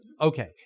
Okay